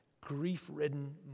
grief-ridden